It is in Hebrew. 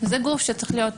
זה גוף שצריך להיות